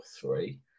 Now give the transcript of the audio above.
three